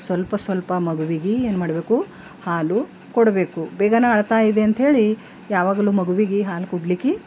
ಸ್ವಲ್ಪ ಸ್ವಲ್ಪ ಮಗುವಿಗೆ ಏನು ಮಾಡಬೇಕು ಹಾಲು ಕೊಡಬೇಕು ಬೇಗನೆ ಅಳ್ತಾಯಿದೆ ಅಂತಹೇಳಿ ಯಾವಾಗಲೂ ಮಗುವಿಗೆ ಹಾಲು ಕೊಡಲಿಕ್ಕೆ